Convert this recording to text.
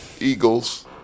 Eagles